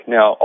Now